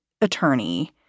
attorney